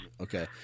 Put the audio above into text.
Okay